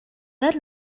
let